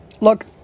look